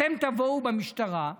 אתם במשטרה תבואו,